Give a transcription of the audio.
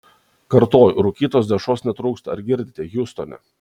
kartoju rūkytos dešros netrūksta ar girdite hjustone